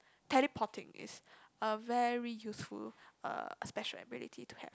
teleporting is a very useful uh special ability to have